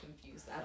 confused